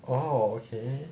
oh okay